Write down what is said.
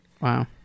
Wow